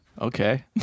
Okay